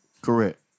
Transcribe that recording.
Correct